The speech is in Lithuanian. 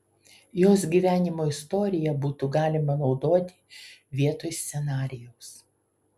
jos gyvenimo istoriją būtų galima naudoti vietoj scenarijaus